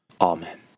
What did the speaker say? Amen